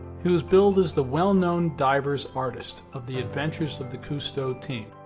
he was billed as the well-known divers' artist of the adventures of the cousteau team.